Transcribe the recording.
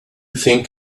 think